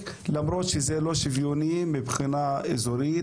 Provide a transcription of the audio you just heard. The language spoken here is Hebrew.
למרות שזה לא שוויוני מבחינה אזורית,